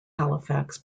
halifax